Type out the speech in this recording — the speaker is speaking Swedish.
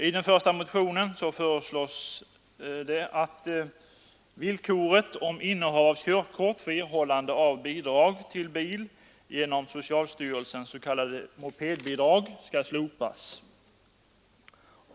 I den första motionen föreslås att villkoret om innehav av körkort för erhållande av bidrag till bil genom socialstyrelsens s.k. mopedbidrag slopas.